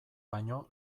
baino